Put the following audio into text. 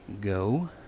go